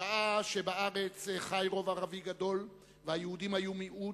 שעה שבארץ חי רוב ערבי גדול, והיהודים היו מיעוט,